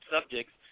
subjects